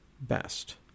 best